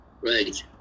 Right